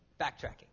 backtracking